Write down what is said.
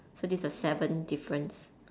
so this the seventh difference